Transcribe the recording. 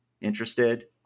interested